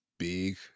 big